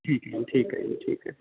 ਠੀਕ ਹੈ ਠੀਕ ਹੈ ਜੀ ਠੀਕ ਹੈ